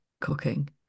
cooking